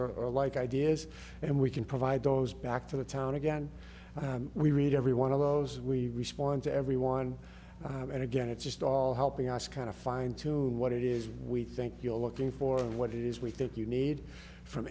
or like ideas and we can provide those back to the town again and we read every one of those we respond to every one and again it's just all helping us kind of fine tune what it is we think you are looking for what it is we think you need from